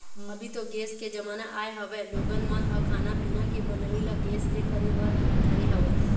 अभी तो गेस के जमाना आय हवय लोगन मन ह खाना पीना के बनई ल गेस ले करे बर धरे हवय